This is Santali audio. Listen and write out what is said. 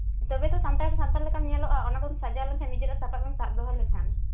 ᱛᱚᱵᱮ ᱛᱚ ᱥᱟᱱᱛᱟᱲ ᱥᱟᱱᱛᱟᱲ ᱞᱮᱠᱟᱢ ᱧᱮᱞᱚᱜᱼᱟ ᱚᱱᱟ ᱠᱚᱢ ᱥᱟᱡᱟᱣ ᱞᱮᱱᱠᱷᱟᱱ ᱱᱤᱡᱮᱨᱟᱜ ᱥᱟᱯᱟᱵ ᱮᱢ ᱥᱟᱵ ᱫᱚᱦᱚ ᱞᱮᱠᱷᱟᱱ